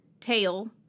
tail